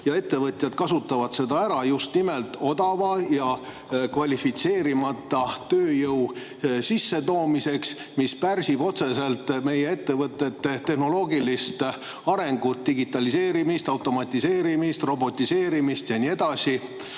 ja ettevõtjad kasutavad seda ära just nimelt odava ja kvalifitseerimata tööjõu sissetoomiseks. See pärsib otseselt meie ettevõtete tehnoloogilist arengut, digitaliseerimist, automatiseerimist, robotiseerimist ja nii edasi.